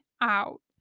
out